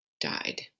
died